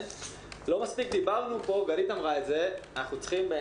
לא מספיק דיברנו פה גלית שאול אמרה את זה,